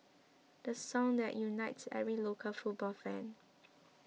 the song that unites every local football fan